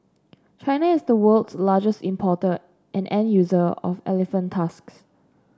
China is the world's largest importer and end user of elephant tusks